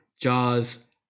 jaws